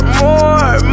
more